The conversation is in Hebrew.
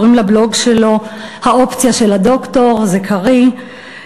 קוראים לבלוג שלו "האופציה של הדוקטור" זה קריא,